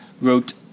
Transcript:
wrote